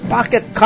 Pocket